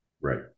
right